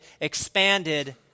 expanded